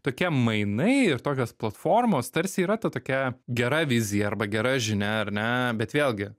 tokie mainai ir tokios platformos tarsi yra ta tokia gera vizija arba gera žinia ar ne bet vėlgi